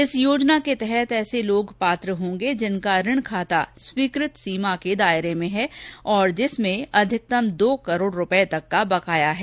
इस योजना के तहत ऐसे लोग पात्र होंगे जिनका ऋण खाता स्वीकृत सीमा के दायरे में है और जिसमें अधिकतम दो करोड रुपये तक का बकाया है